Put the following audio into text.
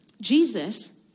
Jesus